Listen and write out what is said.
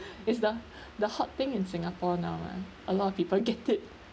is the the hot thing in singapore now ah a lot of people get it